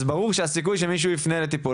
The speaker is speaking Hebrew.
אז ברור שהסיכוי שמישהו יפנה לטיפול